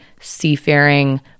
seafaring